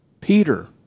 Peter